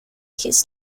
his